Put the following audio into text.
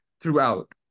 throughout